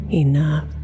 enough